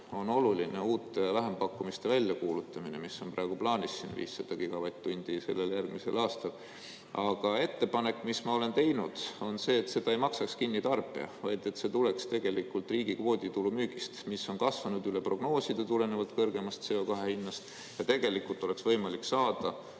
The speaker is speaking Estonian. on oluline uute vähempakkumiste väljakuulutamine, mis on praegu plaanis, 500 gigavatt-tundi sellel ja järgmisel aastal. Aga ettepanek, mis ma olen teinud, on see, et seda ei maksaks kinni tarbija, vaid see tuleks tegelikult riigi kvooditulu müügist, mis on kasvanud üle prognooside, tulenevalt kõrgemast CO2hinnast. Tegelikult oleks võimalik saada